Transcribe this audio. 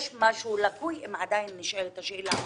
יש משהו לקוי אם עדיין נשאלת השאלה.